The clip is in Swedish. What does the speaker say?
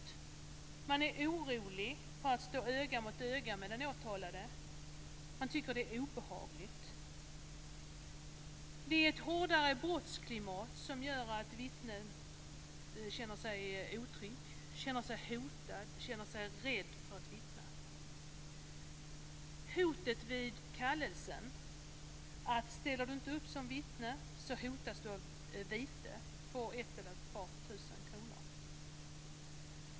Människor är oroliga för att stå öga mot öga med den åtalade. De tycker att det är obehagligt. Det är ett hårdare brottsklimat som gör att vittnen känner sig otrygga, hotade och rädda för att vittna. Kallelsen är ett hot. Ställer du inte upp som vittne hotas du av vite på ett eller ett par tusen kronor.